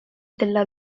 della